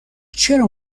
چرا